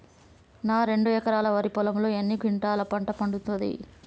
నా రెండు ఎకరాల వరి పొలంలో ఎన్ని క్వింటాలా పంట పండుతది?